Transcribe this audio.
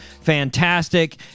Fantastic